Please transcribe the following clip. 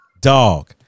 Dog